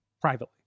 privately